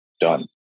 done